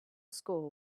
score